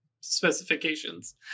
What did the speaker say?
specifications